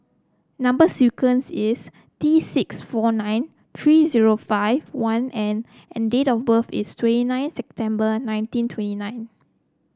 number sequence is T six four nine three zero five one N and date of birth is twenty nine September nineteen twenty nine